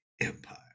empire